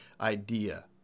idea